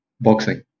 Boxing